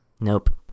Nope